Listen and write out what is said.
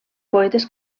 poetes